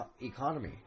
economy